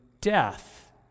death